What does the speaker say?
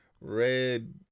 red